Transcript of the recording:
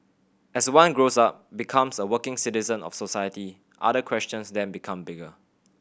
as one grows up becomes a working citizen of society other questions then become bigger